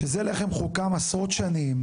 שזה לחם חוקם עשרות שנים.